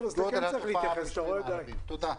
תודה.